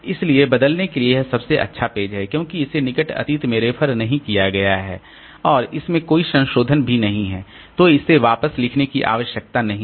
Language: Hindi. इसलिए बदलने के लिए यह सबसे अच्छा पेज है क्योंकि इसे निकट अतीत में रेफर नहीं किया गया है और इसमें कोई संशोधन भी नहीं है तो इसे वापस लिखने की आवश्यकता नहीं है